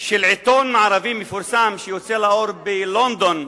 של עיתון ערבי מפורסם שיוצא לאור בלונדון,